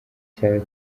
cyawe